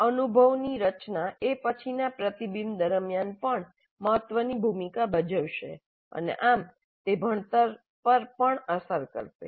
આ 'અનુભવની રચના' એ પછીના પ્રતિબિંબ દરમિયાન પણ મહત્વની ભૂમિકા ભજવશે અને આમ તે ભણતર પર પણ અસર કરશે